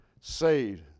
saved